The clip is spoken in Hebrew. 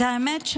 את האמת,